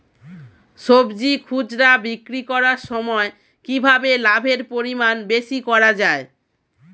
সবজি খুচরা বিক্রি করার সময় কিভাবে লাভের পরিমাণ বেশি করা যায়?